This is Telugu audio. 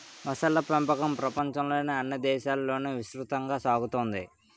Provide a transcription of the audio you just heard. మొసళ్ళ పెంపకం ప్రపంచంలోని అన్ని దేశాలలోనూ విస్తృతంగా సాగుతోంది